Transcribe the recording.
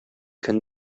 көн